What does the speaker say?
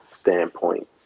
standpoint